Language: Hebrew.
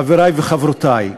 חברי וחברותי,